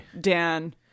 Dan